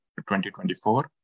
2024